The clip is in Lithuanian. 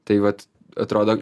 tai vat atrodo